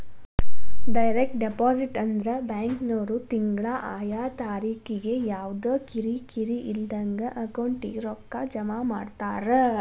direct deposit ಅಂದ್ರ ಬ್ಯಾಂಕಿನ್ವ್ರು ತಿಂಗ್ಳಾ ಆಯಾ ತಾರಿಕಿಗೆ ಯವ್ದಾ ಕಿರಿಕಿರಿ ಇಲ್ದಂಗ ಅಕೌಂಟಿಗೆ ರೊಕ್ಕಾ ಜಮಾ ಮಾಡ್ತಾರ